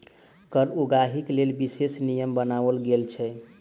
कर उगाहीक लेल विशेष नियम बनाओल गेल छै